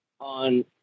on